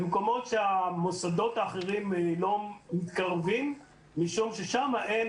במקומות שהמוסדות האחרים לא מתקרבים משום ששם אין